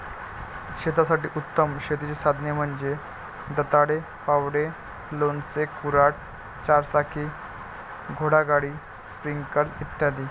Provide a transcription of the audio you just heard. शेतासाठी उत्तम शेतीची साधने म्हणजे दंताळे, फावडे, लोणचे, कुऱ्हाड, चारचाकी घोडागाडी, स्प्रिंकलर इ